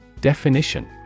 Definition